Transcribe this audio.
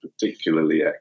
particularly